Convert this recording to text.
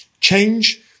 change